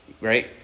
right